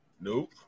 nope